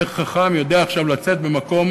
איך חכם יודע עכשיו לצאת במקום